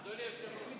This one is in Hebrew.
אדוני, ויש גם מתנגדים.